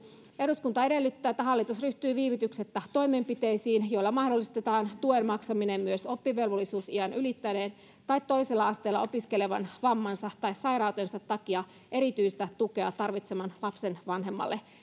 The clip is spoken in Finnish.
eduskunta edellyttää että hallitus ryhtyy viivytyksettä toimenpiteisiin joilla mahdollistetaan tuen maksaminen myös oppivelvollisuusiän ylittäneen tai toisella asteella opiskelevan vammansa tai sairautensa takia erityistä tukea tarvitsevan lapsen vanhemmalle